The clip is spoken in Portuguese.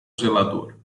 zelador